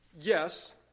Yes